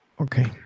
Okay